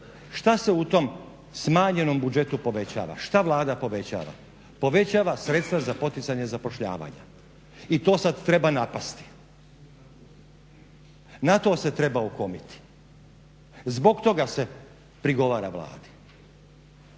Šta se u tom smanjenom budžetu povećava, šta Vlada povećava? Povećava sredstva za poticanje zapošljavanja i to sad treba napasti, na treba okomiti. Zbog toga se prigovara Vladi.